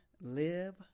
live